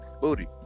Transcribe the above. Booty